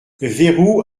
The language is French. verrou